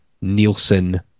Nielsen